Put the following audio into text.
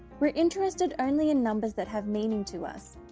we're interested only in numbers that have meaning to us.